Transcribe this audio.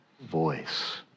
voice